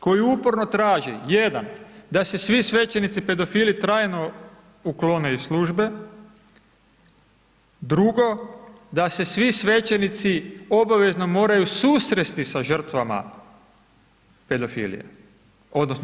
Koji uporno traži, jedan da se svi svećenici pedofili trajno uklone iz službe, drugo da se svi svećenici obavezno moraju susresti sa žrtvama pedofilije, odnosno